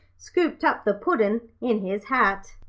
scooped up the puddin' in his hat.